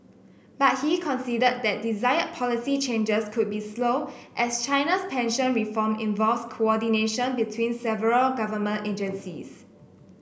but he conceded that desired policy changes could be slow as China's pension reform involves coordination between several government agencies